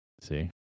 See